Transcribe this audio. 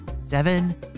Seven